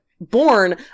Born